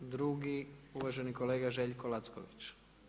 Drugi uvaženi kolega Željko Lacković.